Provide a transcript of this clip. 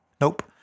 Nope